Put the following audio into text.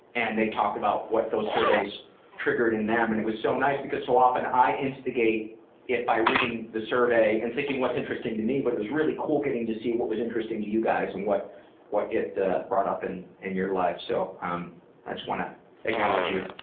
and they talked about what those surveys triggered in them. and it was so nice because so often i instigate it by reading the survey and thinking what's interesting to me but it was really cool getting to see what was interesting to you guys, and what what it brought up and in your lives. so um i just wanna acknowledge you.